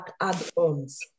add-ons